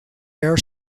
air